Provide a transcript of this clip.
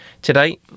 Today